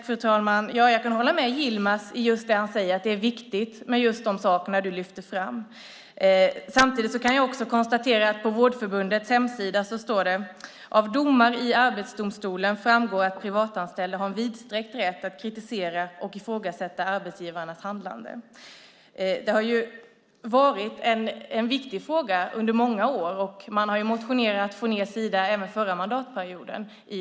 Fru talman! Jag kan hålla med Yilmaz Kerimo att det är viktigt med dessa frågor. Samtidigt kan jag också konstatera att det på Vårdförbundets hemsida står att av domar i Arbetsdomstolen framgår det att privatanställda har en vidsträckt rätt att kritisera och ifrågasätta arbetsgivarnas handlande. Det här har varit en viktig fråga under många år, och ni har motionerat om denna fråga även under förra mandatperioden.